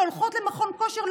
שהולכות למכון כושר,